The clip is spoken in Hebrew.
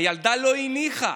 הילדה לא הניחה: